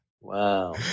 Wow